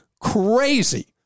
crazy